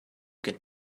get